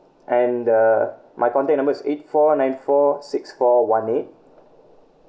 and uh my contact number is eight four nine four six four one eight